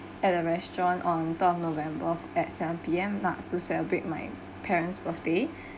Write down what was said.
at the restaurant on twelve of november at seven P_M lah to celebrate my parent's birthday